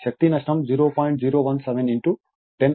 017 10 అవుతుంది